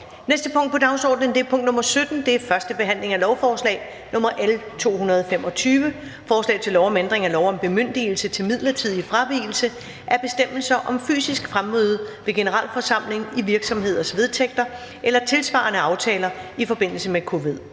næste punkt på dagsordenen er: 17) 1. behandling af lovforslag nr. L 225: Forslag til lov om ændring af lov om bemyndigelse til midlertidig fravigelse af bestemmelser om fysisk fremmøde ved generalforsamling i virksomheders vedtægter eller tilsvarende aftaler i forbindelse med covid-19.